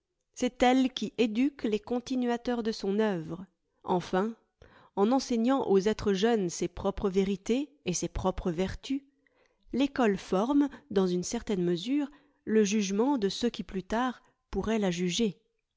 c'est elle qui éduque les continuateurs de son œuvre enfin en enseignant aux êtres jeunes ses propres vérités et ses propres vertus l'ecole forme dans une certaine mesure le jugement de ceux qui plus tard pourraient la juger